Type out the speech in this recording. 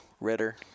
Ritter